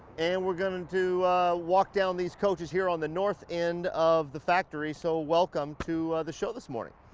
and we're gonna do a walk down these coaches here on the north end of the factory. so, welcome to the show this morning.